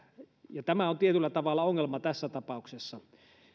ja tämä on tietyllä tavalla ongelma tässä tapauksessa